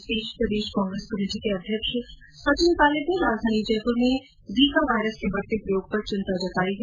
इस बीच प्रदेश कांग्रेस कमेटी के अध्यक्ष सचिन पायलट ने राजधानी जयपुर में जीका वाइरस के बढ़ते प्रकोप पर चिंता जतायी है